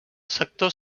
sector